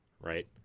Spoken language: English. right